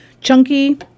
Chunky